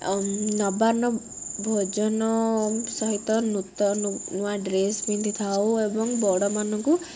ଆଉ ନବାର୍ଣ୍ଣ ଭୋଜନ ସହିତ ନୂତନ ନୂଆ ଡ୍ରେସ୍ ପିନ୍ଧିଥାଉ ଏବଂ ବଡ଼ମାନଙ୍କୁ